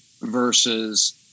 versus